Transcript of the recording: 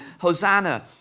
Hosanna